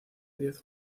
diez